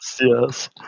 yes